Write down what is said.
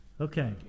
Okay